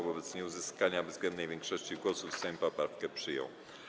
Wobec nieuzyskania bezwzględnej większości głosów Sejm poprawkę przyjął.